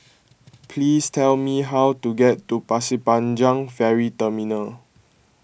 please tell me how to get to Pasir Panjang Ferry Terminal